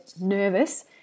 nervous